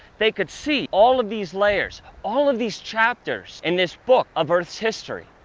they could see all of these layers, all of these chapters in this book of earth's history,